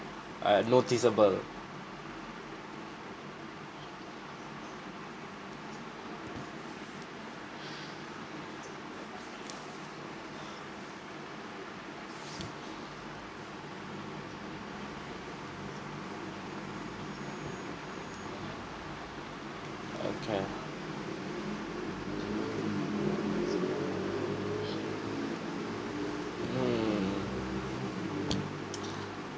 uh noticeable okay hmm